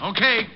Okay